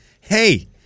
hey